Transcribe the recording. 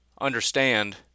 understand